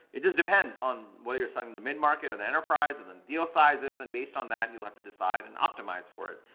it just depends on whether you're selling in the mid-market or the enterprise and the deal sizes. and based on that, you'll have to decide and optimize for it.